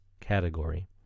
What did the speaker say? category